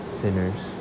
sinners